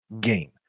game